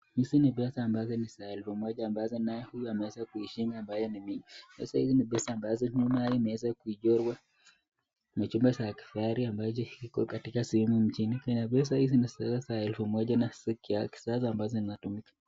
Hizi ni pesa ambazo ni za elfu moja ambazo naye huyu ameweza kuzishika ambazo ni mingi. Pesa hizi ni pesa ambazo nyuma yao imeweza kuchorwa majumba za kifahari ambazo ziko katika sehemu nchini na pesa hizi ni za elfu moja na za kisasa ambazo inatumika.